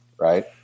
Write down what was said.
right